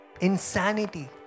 insanity